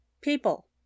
people